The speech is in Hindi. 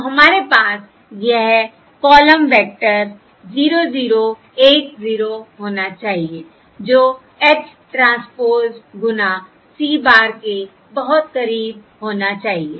तो हमारे पास यह कॉलम वेक्टर 0 0 1 0 होना चाहिए जो H ट्रांसपोज़ गुना C bar के बहुत करीब होना चाहिए